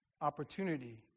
opportunity